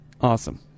Awesome